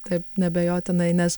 taip neabejotinai nes